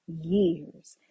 years